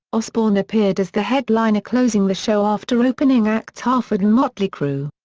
osbourne appeared as the headliner closing the show after opening acts halford and motley crue.